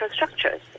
infrastructures